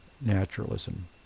naturalism